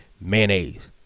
mayonnaise